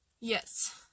Yes